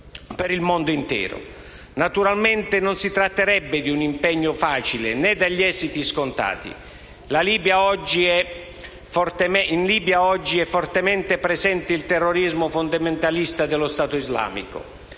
per il mondo intero. Naturalmente non si tratterebbe di un impegno facile, né dagli esiti scontati. In Libia, oggi, è fortemente presente il terrorismo fondamentalista dello Stato islamico.